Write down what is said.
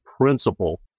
principle